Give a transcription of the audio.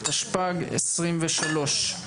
התשפ"ג-2023.